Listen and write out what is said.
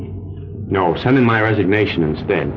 you know sending my resignation instead